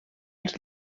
als